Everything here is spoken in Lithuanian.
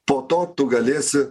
po to tu galėsi